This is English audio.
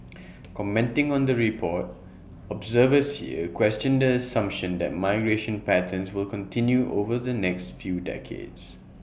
commenting on the report observers here questioned the assumption that migration patterns will continue over the next few decades